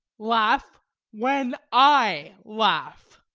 laugh when i laugh,